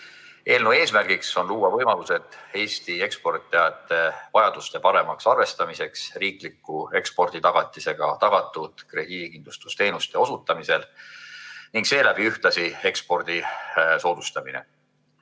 Eelnõu eesmärgiks on luua võimalused Eesti eksportijate vajaduste paremaks arvestamiseks riikliku eksporditagatisega tagatud krediidikindlustusteenuste osutamisel ning seeläbi ühtlasi ekspordi soodustamine. Ekspordi